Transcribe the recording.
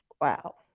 Wow